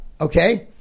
okay